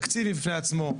תקציב בפני עצמו,